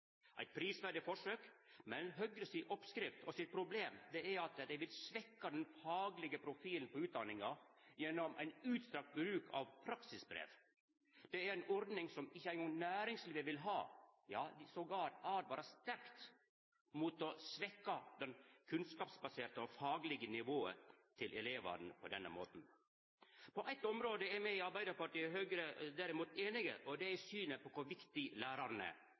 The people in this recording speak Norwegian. eit prisverdig forsøk, men Høgre si oppskrift og Høgre sitt problem er at dei vil svekkja den faglege profilen på utdanninga gjennom utstrakt bruk av praksisbrev. Det er ei ordning som ikkje eingong næringslivet vil ha – ja, dei åtvarar til og med sterkt mot å svekkja det kunnskapsbaserte og faglege nivået til elevane på denne måten. På eit område er me i Arbeidarpartiet og Høgre derimot einige, og det er i synet på kor viktig